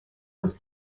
was